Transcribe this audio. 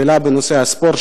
שאלה בנושא הספורט,